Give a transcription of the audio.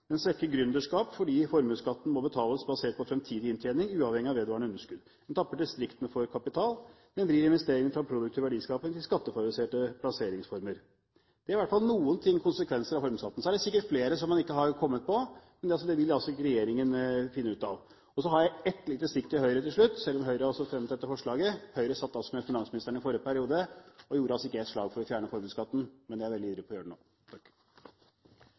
Den svekker gründerskap fordi formuesskatten må betales basert på fremtidig inntjening, uavhengig av vedvarende underskudd. – Den tapper distriktene for kapital. – Den vrir investeringene fra produktiv verdiskaping til skattefavoriserte plasseringsformer.» Det er i hvert fall noen konsekvenser av formuesskatten. Så er det sikkert flere som man ikke har kommet på. Men det vil altså ikke regjeringen finne ut av. Så har jeg et lite stikk til Høyre til slutt, selv om Høyre har fremmet dette forslaget: Høyre satt altså med finansministeren i forrige periode og gjorde ikke et slag for å fjerne formuesskatten. Men de er veldig ivrige etter å gjøre det nå.